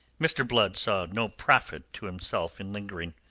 mr. blood saw no profit to himself in lingering.